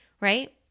right